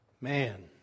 Man